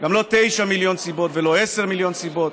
גם לא תשעה מיליון סיבות ולא עשרה מיליון סיבות